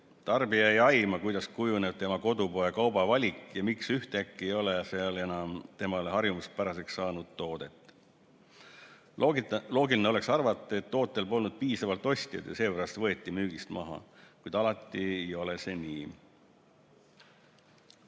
"Tarbija ei aima, kuidas kujuneb tema kodupoe kaubavalik ja miks ühtäkki ei ole seal enam temale harjumuspäraseks saanud toodet. Loogiline oleks ju arvata, et tootel polnud piisavalt ostjaid ja seepärast võeti see müügist maha. Kuid alati ei ole asjad nii."